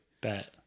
Bet